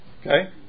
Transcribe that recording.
Okay